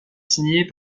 signés